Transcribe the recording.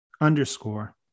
underscore